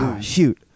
Shoot